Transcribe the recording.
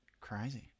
Crazy